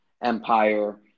empire